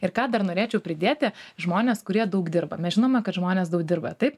ir ką dar norėčiau pridėti žmonės kurie daug dirba mes žinome kad žmonės daug dirba taip